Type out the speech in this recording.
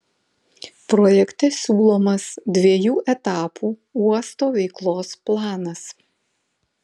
projekte siūlomas dviejų etapų uosto veiklos planas